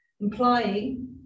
implying